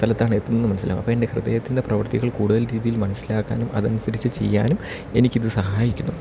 സ്ഥലത്താണ് എത്തുന്നൂന്ന് മനസിലാവും അപ്പം എൻ്റെ ഹൃദയത്തിൻ്റെ പ്രവർത്തികൾ കൂടുതൽ രീതിയിൽ മനസ്സിലാക്കാനും അതനുസരിച്ച് ചെയ്യാനും എനിക്ക് ഇത് സഹായിക്കുന്നു